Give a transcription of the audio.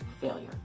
failure